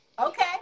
Okay